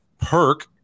Perk